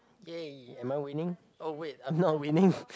!yay! am I winning oh wait I'm not winning